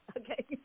Okay